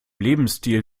lebensstil